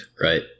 Right